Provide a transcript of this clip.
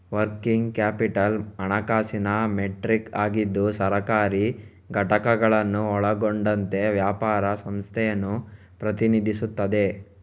working capital ಹಣಕಾಸಿನ metric ಆಗಿದ್ದು ಸರ್ಕಾರಿ ಘಟಕಗಳನ್ನು ಒಳಗೊಂಡಂತೆ ವ್ಯಾಪಾರ ಸಂಸ್ಥೆಯನ್ನು ಪ್ರತಿನಿಧಿಸುತ್ತದೆ